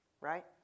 Right